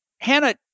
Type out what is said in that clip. Hannah